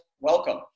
welcome